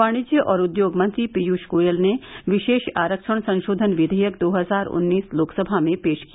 वाणिज्य और उद्योग मंत्री पीयूष गोयल ने विशेष आरक्षण संशोधन विधेयक दो हजार उन्नीस लोकसभा में पेश किया